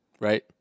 Right